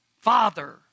Father